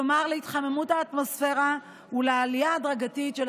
כלומר להתחממות האטמוספרה ולעלייה הדרגתית של